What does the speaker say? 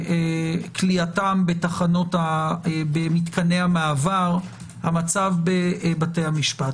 כליאתם במתקני המעבר, המצב בבתי המשפט?